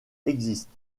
existent